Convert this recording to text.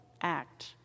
act